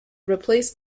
replaced